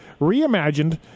reimagined